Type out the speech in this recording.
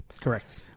Correct